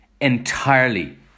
entirely